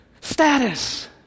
Status